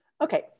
Okay